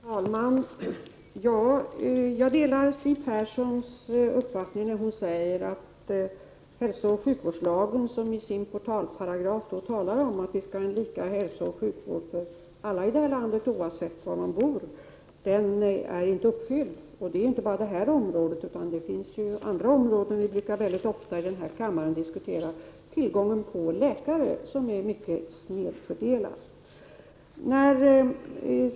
Fru talman! Jag delar Siw Perssons uppfattning att hälsooch sjukvårdslagens portalparagraf om att vi skall ha hälsooch sjukvård på lika villkor för alla i det här landet oavsett var man bor inte är uppfylld. Det gäller inte bara det här området. Vi brukar ofta i den här kammaren diskutera t.ex. tillgången på läkare, vilken är mycket snedfördelad.